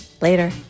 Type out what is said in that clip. Later